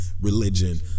religion